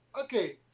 Okay